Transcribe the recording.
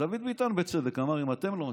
אז דוד ביטן בצדק אמר: אם אתם לא מסכימים,